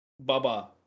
Baba